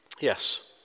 Yes